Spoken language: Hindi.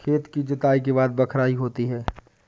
खेती की जुताई के बाद बख्राई होती हैं?